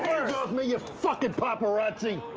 me, you fuckin' paparazzi.